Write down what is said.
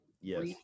Yes